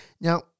Now